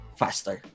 faster